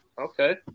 Okay